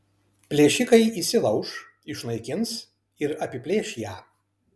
plėšikai įsilauš išnaikins ir apiplėš ją